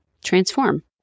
transform